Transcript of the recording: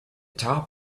top